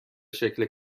شکل